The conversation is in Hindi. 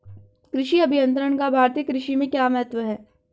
कृषि अभियंत्रण का भारतीय कृषि में क्या महत्व है?